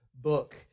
book